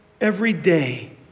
everyday